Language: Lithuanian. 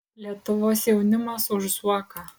lietuvos jaunimas už zuoką